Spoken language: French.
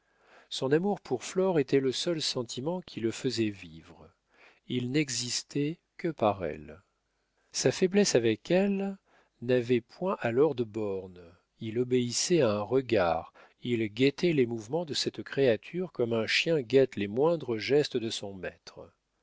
son amour pour flore était le seul sentiment qui le faisait vivre il n'existait que par elle sa faiblesse avec elle n'avait point alors de bornes il obéissait à un regard il guettait les mouvements de cette créature comme un chien guette les moindres gestes de son maître